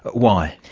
but why?